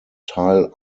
tile